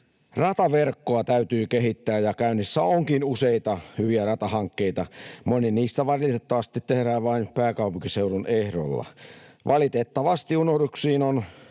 Rataverkkoa täytyy kehittää, ja käynnissä onkin useita hyviä ratahankkeita. Moni niistä valitettavasti tehdään vain pääkaupunkiseudun ehdoilla. Valitettavasti unohduksiin on